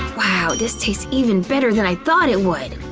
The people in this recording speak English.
wow, this tastes even better than i thought it would.